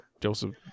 joseph